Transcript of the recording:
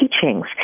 teachings